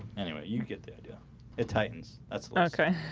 anyway you get that yeah it tightens. that's okay,